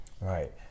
Right